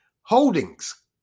Holdings